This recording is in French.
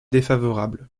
défavorable